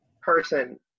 person